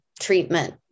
treatment